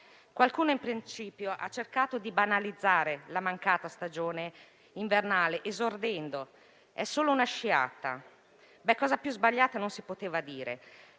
Qualcuno in principio ha cercato di banalizzare la mancata stagione invernale dicendo: è solo una sciata. Cosa più sbagliata non si poteva dire